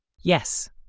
Yes